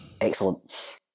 Excellent